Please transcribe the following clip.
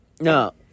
No